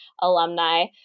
alumni